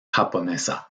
japonesa